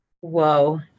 whoa